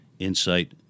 insight